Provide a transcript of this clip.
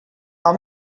how